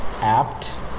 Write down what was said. apt